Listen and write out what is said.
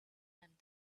and